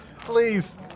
please